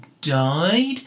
died